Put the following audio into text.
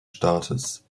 staates